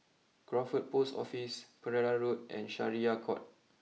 Crawford post Office Pereira Road and Syariah court